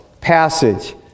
passage